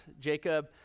Jacob